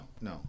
No